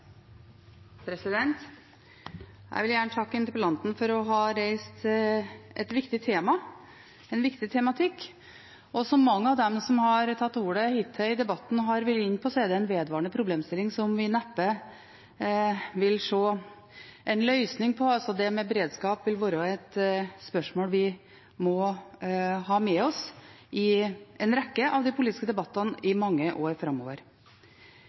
Jeg vil gjerne takke interpellanten for å ha reist et viktig tema, en viktig tematikk. Som mange av dem som har tatt ordet hittil i debatten har vært inne på, er det en vedvarende problemstilling som vi neppe vil se en løsning på. Beredskap vil være et spørsmål vi må ha med oss i en rekke av de politiske debattene i mange år framover.